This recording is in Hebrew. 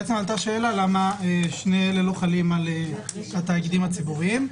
בעצם עלתה השאלה למה שני אלה לא חלים על התאגידים הציבוריים.